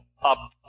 up